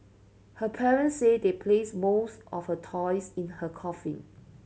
her parents said they placed most of her toys in her coffin